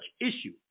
issue